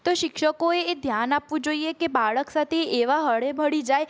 તો શિક્ષકોએ એ ધ્યાન આપવું જોઈએ કે બાળક સાથે એવાં હળે ભળી જાય